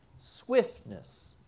swiftness